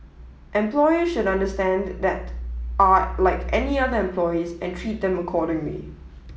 employer should understand that are like any other employees and treat them accordingly